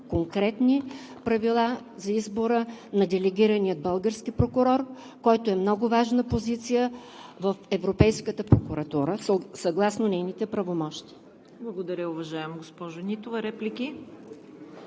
конкретни правила за избора на делегирания български прокурор, който е много важна позиция в Европейската прокуратура съгласно нейните правомощия. ПРЕДСЕДАТЕЛ ЦВЕТА КАРАЯНЧЕВА: Благодаря, уважаема госпожо Нитова. Реплики?